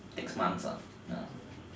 takes months ah ya